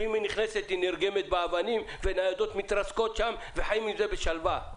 ואם היא נכנסת היא נרגמת באבנים וניידות מתרסקות שם וחיים עם זה בשלווה.